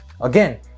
again